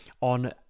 on